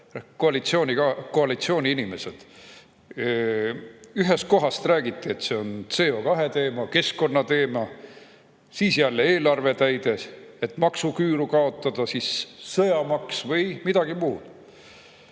koalitsiooni inimesed. Ühest kohast räägiti, et on CO2-teema, keskkonnateema, siis jälle [öeldi, et see on] eelarve täiteks, et maksuküür kaotada, siis sõjamaks või midagi muud.